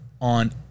On